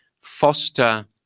foster